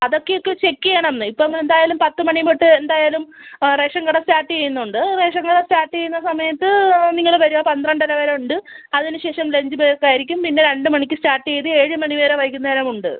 അതൊക്കെ ഒക്കെ ചെക്ക് ചെയ്യണം ഇന്ന് ഇപ്പോൾ എന്തായാലും പത്ത് മണി തൊട്ട് എന്തായാലും റേഷൻ കട സ്റ്റാർട്ട് ചെയ്യുന്നുണ്ട് റേഷൻ കട സ്റ്റാർട്ട് ചെയ്യുന്ന സമയത്ത് നിങ്ങൾ വരുക പന്ത്രണ്ടര വരെ ഉണ്ട് അതിന് ശേഷം ലഞ്ച് ബ്രേക്ക് ആയിരിക്കും പിന്നെ രണ്ട് മണിക്ക് സ്റ്റാർട്ട് ചെയ്ത് ഏഴ് മണി വരെ വൈകുന്നേരവും ഉണ്ട്